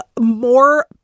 more